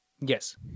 Yes